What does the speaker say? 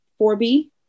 4b